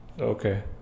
Okay